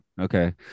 okay